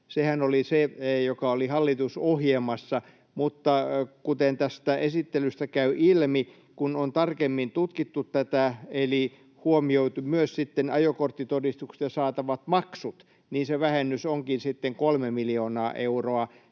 Sehän oli se, mikä oli hallitusohjelmassa. Mutta kuten tästä esittelystä käy ilmi, niin kun on tarkemmin tutkittu tätä eli huomioitu myös ajokorttitodistuksesta saatavat maksut, niin se vähennys onkin sitten kolme miljoonaa euroa.